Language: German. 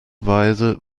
weise